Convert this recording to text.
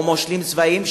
או מושלים צבאיים,